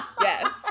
Yes